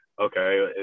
okay